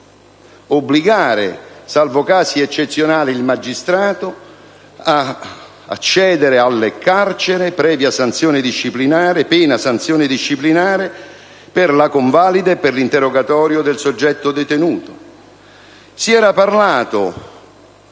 obbligare, salvo casi eccezionali, il magistrato ad accedere al carcere, pena sanzione disciplinare, per la convalida e per l'interrogatorio del soggetto detenuto. Si era parlato